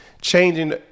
changing